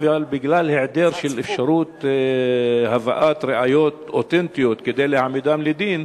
אבל בגלל היעדר אפשרות להביא ראיות אותנטיות כדי להעמידם לדין,